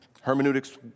Hermeneutics